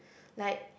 like